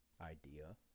idea